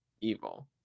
evil